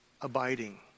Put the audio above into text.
abiding